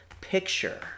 picture